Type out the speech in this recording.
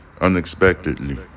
Unexpectedly